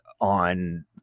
on